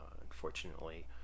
Unfortunately